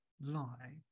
lie